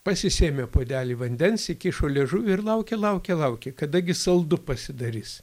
pasisėmė puodelį vandens įkišo liežuvį ir laukė laukė laukė kada gi saldu pasidarys